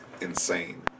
insane